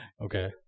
Okay